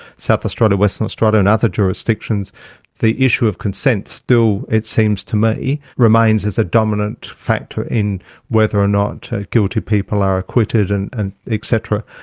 south australia, western australia and other jurisdictions the issue of consent still, it seems to me, remains as a dominant factor in whether or not guilty people are acquitted and and et cetera,